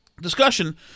discussion